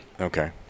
Okay